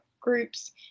groups